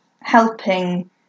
helping